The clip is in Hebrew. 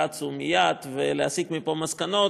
רצו מייד להסיק מפה מסקנות,